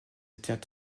tient